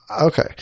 Okay